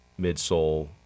midsole